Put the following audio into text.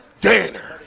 Danner